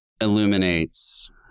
illuminates